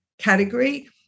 category